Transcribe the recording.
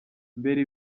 mbere